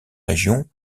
région